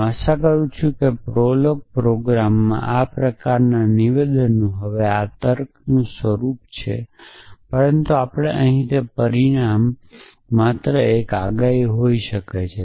હું આશા કરું છું કે પ્રોલોગ પ્રોગ્રામ આ પ્રકારનાં નિવેદનો હવે આ તર્ક નું સ્વરૂપ છે પરંતુ આપણે અહીં તે પરિણામ માત્ર એક આગાહી હોઈ શકે છે